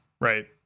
right